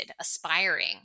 aspiring